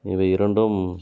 இவை இரண்டும்